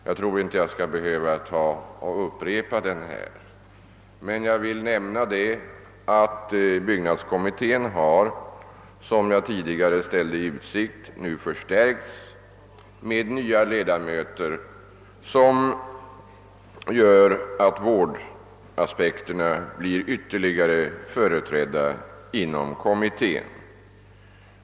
Jag tror inte jag skall behöva upprepa den här, men jag vill nämna att byggnadskommittén, som jag tidigare ställde i utsikt, nu har förstärkts med nya ledamöter, vilket gör att vårdaspekterna blir ytterligare företrädda inom kommittén.